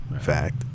fact